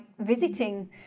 visiting